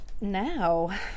Now